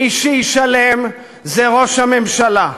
מי שישלם זה ראש הממשלה,